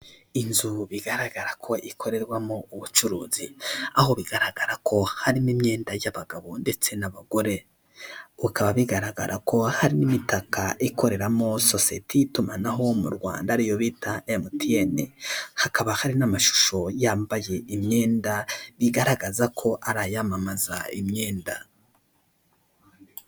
Inzu bigaragara ko ikorerwamo ubucuruzi aho bigaragara ko harimo imyenda y'abagabo ndetse n'abagore. Bikaba bigaragara ko hari n'imitaka ikoreramo sosiyeti y'itumanaho mu Rwanda ariyo bita MTN, hakaba hari n'amashusho yambaye imyenda bigaragaza ko ari ayamamaza imyenda.